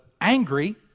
angry